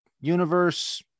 universe